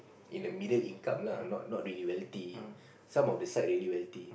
in a middle income lah not not very wealthy some of the side very wealthy